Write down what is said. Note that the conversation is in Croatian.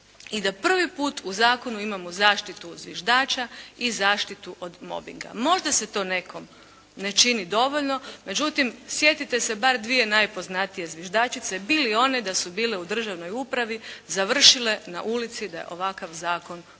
I da prvi put u zakonu imamo zaštitu zviždača i zaštitu od mobbinga. Možda se to nekom ne čini dovoljno. Međutim, sjetite se bar dvije najpoznatije zviždačice. Bi li one da su bile u državnoj upravi završile na ulici da je ovakav zakon